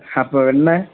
அப்போது வெண்ணெய்